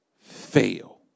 fail